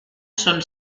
son